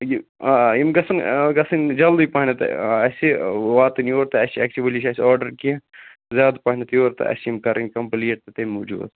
یہ آ یم گَژھَن گَژھٕنۍ جلدی پہنتھ اسہ واتن یور تہ اسہ چھ ایٚکچُؤلی چھِ اسہ آرڈر کینٛہہ زیاد پہنتھ یور تہٕ اسہ چھ یم کَرنۍ کمپلیٖٹ تہٕ تمہ موجُب حظ